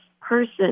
person